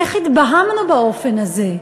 איך התבהמנו באופן הזה?